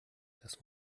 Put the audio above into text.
das